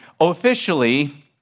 officially